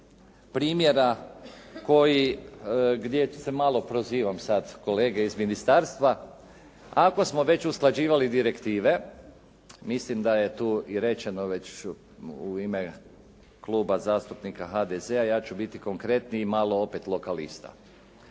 primjera koji, gdje se malo prozivam sad kolege iz ministarstva ako smo već usklađivali direktive mislim da je tu i rečeno već u ime Kluba zastupnika HDZ-a, ja ću biti konkretniji i malo opet lokalista.